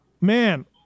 Man